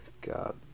God